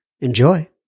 Enjoy